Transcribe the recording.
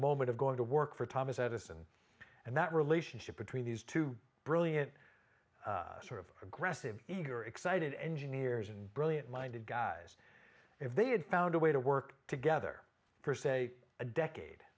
moment of going to work for thomas edison and that relationship between these two brilliant sort of aggressive eager excited engineers and brilliant minded guys if they had found a way to work together for say a decade